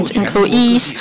employees